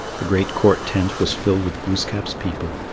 the great court-tent was filled with glooskap's people.